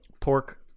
pork